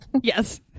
Yes